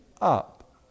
up